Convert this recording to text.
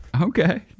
Okay